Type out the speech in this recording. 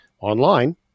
online